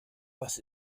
was